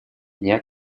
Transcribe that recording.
дня